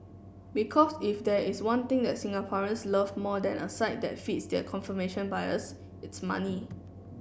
because if there is one thing that Singaporeans love more than a site that feeds their confirmation bias it's money